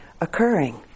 occurring